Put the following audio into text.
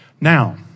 Now